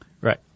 Right